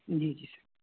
جی جی